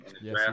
Yes